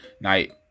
night